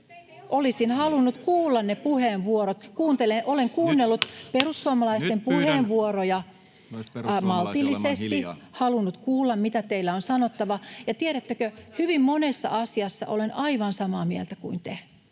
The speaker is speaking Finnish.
Olisin halunnut kuulla ne puheenvuorot. — Olen kuunnellut [Välihuutoja — Puhemies koputtaa] perussuomalaisten puheenvuoroja... ...maltillisesti. Olen halunnut kuulla, mitä teillä on sanottavaa. Ja tiedättekö, hyvin monessa asiassa olen aivan samaa mieltä kuin te.